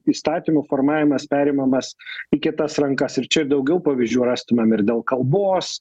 įstatymų formavimas perimamas į kitas rankas ir čia daugiau pavyzdžių rastumėm ir dėl kalbos